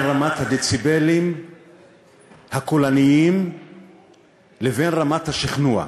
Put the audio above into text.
רמת הדציבלים הקולניים לבין רמת השכנוע.